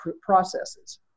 processes